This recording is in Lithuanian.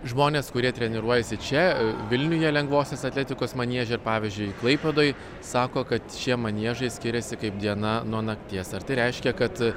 žmonės kurie treniruojasi čia vilniuje lengvosios atletikos manieže pavyzdžiui klaipėdoj sako kad šie maniežai skiriasi kaip diena nuo nakties ar tai reiškia kad